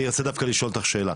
אני רוצה דווקא לשאול אותך שאלה,